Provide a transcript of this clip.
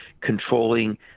controlling